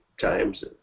times